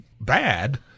bad